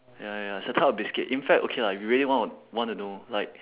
ya ya it's a type of biscuit in fact okay lah if you really wanna wanna know like